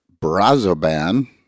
Brazoban